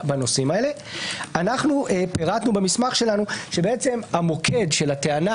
אנחנו פירטנו במסמך שלנו שהמוקד של הטענה